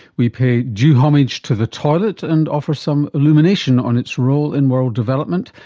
we pay due homage to the toilet and offer some illumination on its role in world development.